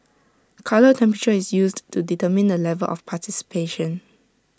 colour temperature is used to determine the level of participation